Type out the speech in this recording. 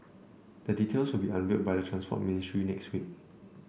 the details will be unveiled by the Transport Ministry next week